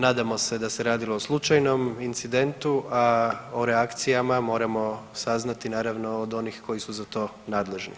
Nadam se da se radilo o slučajnom incidentu, a o reakcijama moramo saznati naravno od onih koji su za to nadležni.